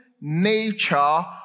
nature